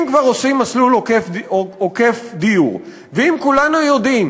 אם כבר עושים מסלול עוקף-תכנון ואם כולנו יודעים